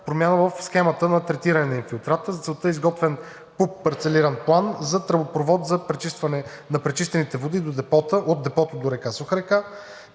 промяна в схемата на третиране на инфилтрата. За целта е изготвен ПУП – парцеларен план за тръбопровод на пречистените води от депото до река Суха река.